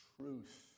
truth